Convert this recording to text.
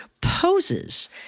poses